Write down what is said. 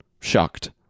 Shocked